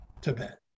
Tibet